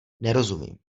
nerozumím